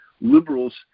liberals